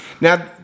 Now